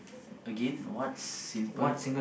again what simple